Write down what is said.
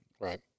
Right